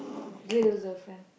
real girlfriend